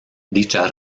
dicha